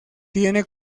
tiene